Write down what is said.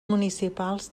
municipals